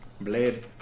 blade